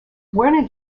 werner